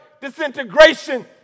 disintegration